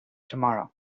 tomorrow